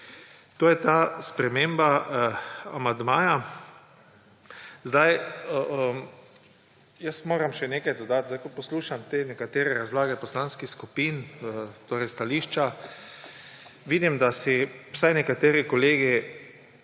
To je ta sprememba amandmaja. Jaz moram še nekaj dodati. Ko poslušam nekatere razlage poslanskih skupin, torej stališča, vidim, da si, vsaj nekateri kolegi,